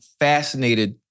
fascinated-